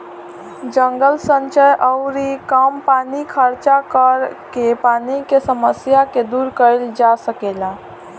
जल संचय अउरी कम पानी खर्चा करके पानी के समस्या के दूर कईल जा सकेला